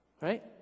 Right